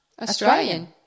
Australian